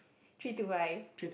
three